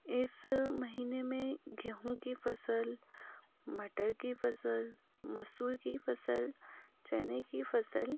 इस महीने में गेहूँ की फसल मटर की फसल मसूर की फसल चने की फसल